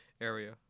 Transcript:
area